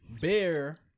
Bear